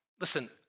listen